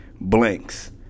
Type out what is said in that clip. blanks